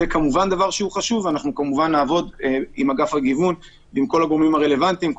זה דבר חשוב ואנחנו נעבוד עם אגף הגיוון ועם כל הגורמים הרלוונטיים,